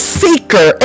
seeker